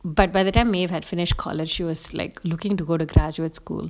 but by the time maeve had finished college she was like looking to go to graduate school